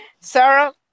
Sarah